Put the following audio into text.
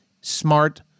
smart